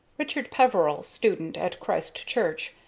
richard peveril, student at christ church,